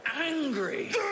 Angry